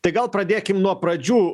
tai gal pradėkim nuo pradžių